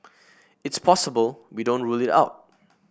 it's possible we don't rule it out